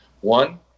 one